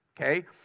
okay